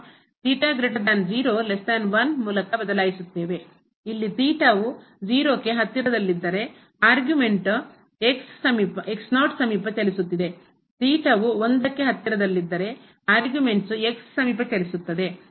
ಇಲ್ಲಿ ವು 0 ಕ್ಕೆ ಹತ್ತಿರದಲ್ಲಿದ್ದರೆ ಅರ್ಗುಮೆಂಟ್ಟ್ ಸಮೀಪ ಚಲಿಸುತ್ತಿದೆ ವು 1 ಕ್ಕೆ ಹತ್ತಿರದಲ್ಲಿದ್ದರೆ ಅರ್ಗುಮೆಂಟ್ಟ್ ವಾದವು ಸಮೀಪ ಚಲಿಸುತ್ತಿದೆ